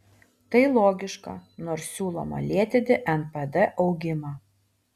tai logiška nors siūloma lėtinti npd augimą